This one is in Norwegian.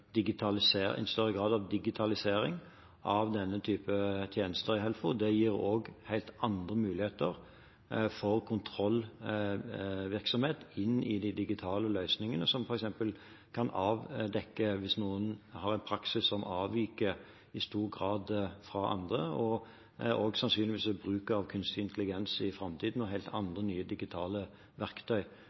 tjenester i Helfo. De digitale løsningene gir også helt andre muligheter for kontrollvirksomhet, som f.eks. kan avdekke om noen har en praksis som i stor grad avviker fra andres. Sannsynligvis vil også bruk av kunstig intelligens i framtiden, og helt andre nye, digitale verktøy,